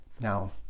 now